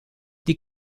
die